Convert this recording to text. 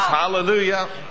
hallelujah